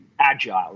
agile